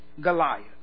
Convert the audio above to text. Goliath